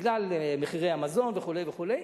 בגלל מחירי המזון וכו' וכו',